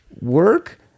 work